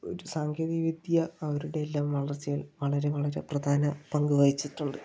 ഒരു സാങ്കേതികവിദ്യ അവരുടെയെല്ലാം വളർച്ചയിൽ വളരെ വളരെ പ്രധാന പങ്ക് വഹിച്ചിട്ടുണ്ട്